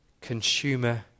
consumer